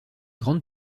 grande